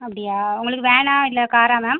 அப்படியா உங்களுக்கு வேனா இல்லை காரா மேம்